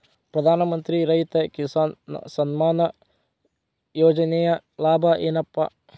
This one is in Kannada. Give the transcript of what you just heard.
ಪ್ರಧಾನಮಂತ್ರಿ ರೈತ ಕಿಸಾನ್ ಸಮ್ಮಾನ ಯೋಜನೆಯ ಲಾಭ ಏನಪಾ?